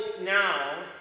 now